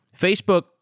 Facebook